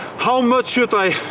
how much should i